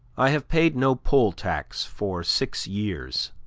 i have paid no poll tax for six years.